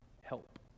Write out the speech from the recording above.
Help